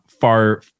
far